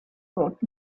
brought